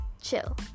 chill